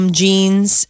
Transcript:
jeans